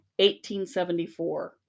1874